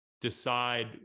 decide